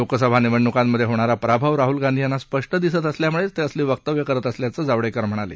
लोकसभा निवडणुकांमधे होणारा पराभव राहुल गांधी यांना स्पष्ट दिसत असल्यामुळेच ते असली वक्तव्य करत असल्याचं जावडेकर म्हणाले